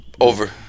Over